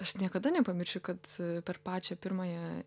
aš niekada nepamiršiu kad per pačią pirmąją